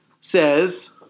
says